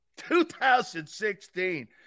2016